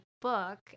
book